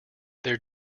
their